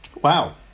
Wow